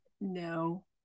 No